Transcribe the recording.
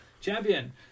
Champion